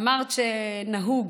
אמרת שבנאומי בכורה נהוג